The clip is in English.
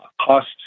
cost